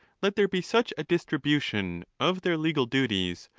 let there be such a distribu tion of their legal duties,